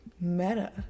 Meta